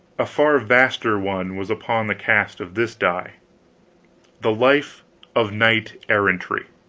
a far vaster one was upon the cast of this die the life of knight-errantry.